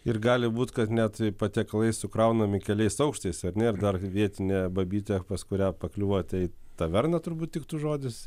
ir gali būt kad net patiekalai sukraunami keliais aukštais ar ne ir dar vietinė babytė pas kurią pakliuvote į taverną turbūt tiktų žodis